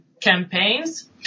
campaigns